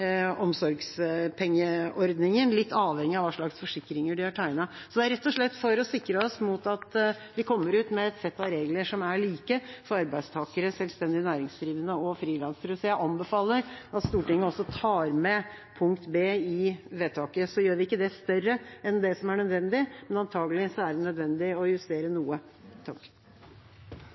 omsorgspengeordningen, litt avhengig av hva slags forsikringer de har tegnet. Det er rett og slett for å sikre at vi kommer ut med et sett av regler som er like for arbeidstakere, selvstendig næringsdrivende og frilansere, så jeg anbefaler at Stortinget også tar med punkt B i vedtaket. Vi gjør det ikke større enn det som er nødvendig, men antakelig er det nødvendig å justere noe.